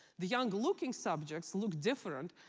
the young-looking subjects look different.